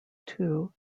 two